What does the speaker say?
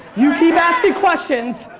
you keep asking questions,